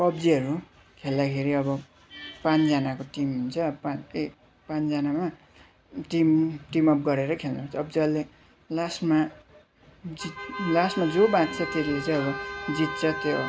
पब्जीहरू खेल्दाखेरि अब पाँचजनाको टिम हुन्छ ए पाँचजनामा टिम टिम अप गरेर खेल्नु सक्छ जसले लास्टमा जित लास्टमा जो बाँच्दछ त्यसले चाहिँ अब जित्दछ